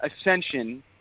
ascension